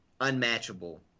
unmatchable